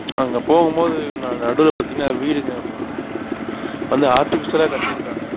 அங்கே போகும்போது ந நடுவில் பார்த்தீங்கன்னா வீடுங்க வந்து ஆர்டிஃபிஷியலாக கட்டியிருக்காங்க